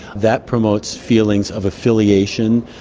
that promotes feelings of affiliation,